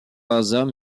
composant